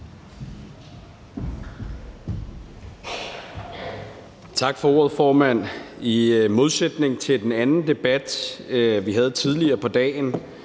Tak for ordet, formand. I modsætning til den anden debat, vi havde tidligere på dagen,